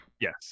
yes